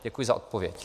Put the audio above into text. Děkuji za odpověď.